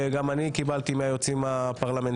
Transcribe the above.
גם אני קיבלתי שאלות מהיועצים הפרלמנטריים.